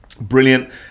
brilliant